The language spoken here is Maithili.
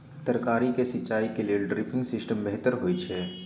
तरकारी के सिंचाई के लेल ड्रिपिंग सिस्टम बेहतर होए छै?